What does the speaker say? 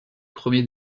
premiers